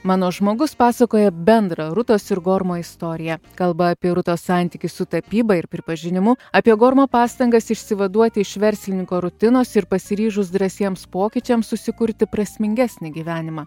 mano žmogus pasakoja bendrą rutos ir gormo istoriją kalba apie rutos santykį su tapyba ir pripažinimu apie gormo pastangas išsivaduoti iš verslininko rutinos ir pasiryžus drąsiems pokyčiams susikurti prasmingesnį gyvenimą